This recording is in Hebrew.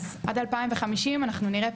אז אני מבין מה את אומרת,